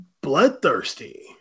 bloodthirsty